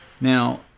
Now